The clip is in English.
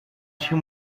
two